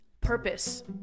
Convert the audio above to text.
purpose